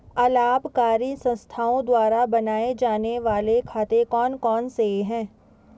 अलाभकारी संस्थाओं द्वारा बनाए जाने वाले खाते कौन कौनसे हैं?